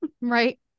Right